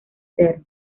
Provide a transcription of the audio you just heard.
stern